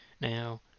Now